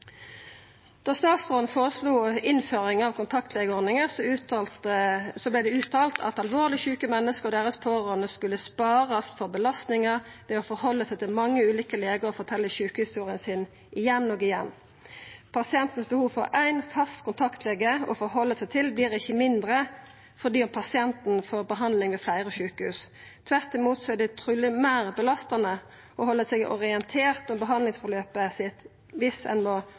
Da statsråden føreslo innføring av kontaktlegeordninga, vart det uttalt at alvorleg sjuke menneske og deira pårørande skulle sparast for belastningar med å halda seg til mange ulike legar og fortelja sjukehistoria si igjen og igjen. Pasientens behov for éin fast kontaktlege å halda seg til vert ikkje mindre fordi om pasienten får behandling ved fleire sjukehus. Tvert imot er det truleg meir belastande å halda seg orientert om behandlingsforløpet sitt viss ein må